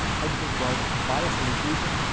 how to think about bias and inclusion?